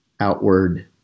outward